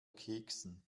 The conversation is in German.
keksen